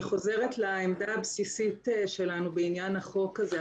אני חוזרת לעמדה הבסיסית שלנו בעניין החוק הזה.